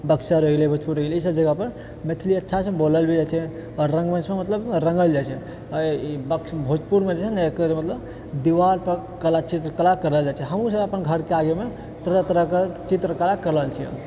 बक्सर होइ गेलै भोजपुर होइ गेलै ईसब जगह पर मैथिलि अच्छासँ बोलल भी जाइ छै आओर रङ्गमञ्चमे मतलब रङ्गल जाइत छै भोजपुरमे जे छै ने एकर मतलब दिवाल पऽ कला चित्रकला करल जाइत छै हमहुँसब अपन घरके आगेमे तरह तरहकेँ चित्रकला करल छियै